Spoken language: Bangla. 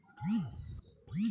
নমাডিক হার্ডি কি?